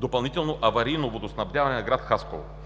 „Допълнително аварийно водоснабдяване на град Хасково“.